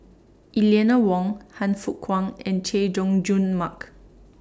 Eleanor Wong Han Fook Kwang and Chay Jung Jun Mark